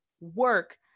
work